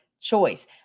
choice